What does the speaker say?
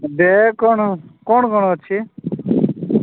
ଦେ କଣ କଣ କଣ ଅଛି